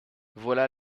voilà